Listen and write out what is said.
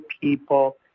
people